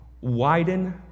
Widen